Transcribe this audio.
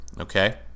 okay